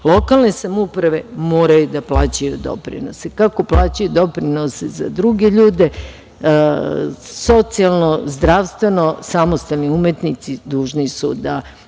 radili. Lokalne samouprave moraju da plaćaju doprinose. Kako plaćaju doprinos za druge ljude, socijalno, zdravstveno, samostalni umetnici dužni su da